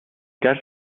cas